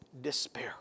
despair